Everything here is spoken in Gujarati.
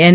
એન